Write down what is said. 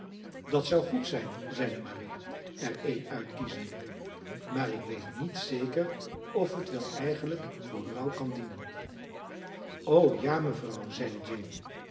dat zou goed zijn zeide marie er een uitkiezende maar ik weet niet zeker of het wel eigenlijk voor rouw kan dienen o ja mevrouw zeide jane